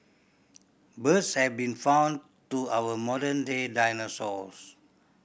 birds have been found to our modern day dinosaurs